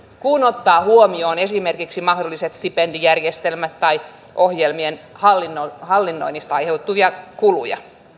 kun ottaa huomioon esimerkiksi mahdolliset stipendijärjestelmät tai ohjelmien hallinnoinnista aiheutuvat kulut